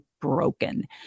broken